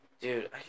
Dude